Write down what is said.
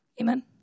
Amen